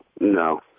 no